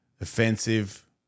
offensive